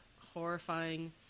horrifying